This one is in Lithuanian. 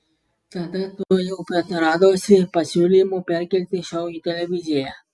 tada tuojau pat radosi pasiūlymų perkelti šou į televiziją